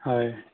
হয়